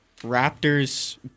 Raptors